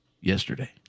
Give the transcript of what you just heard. yesterday